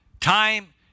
time